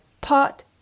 Pot